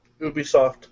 Ubisoft